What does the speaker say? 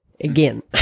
again